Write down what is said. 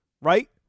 right